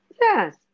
Yes